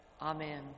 Amen